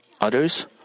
others